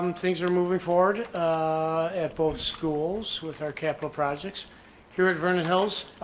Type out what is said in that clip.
um things are moving forward at both schools with our capital projects here at vernon hills